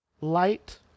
light